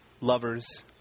lovers